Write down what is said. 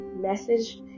message